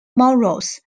morals